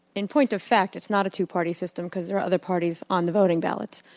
in point of fact, it's not a twoparty system because there are other parties on the voting ballots.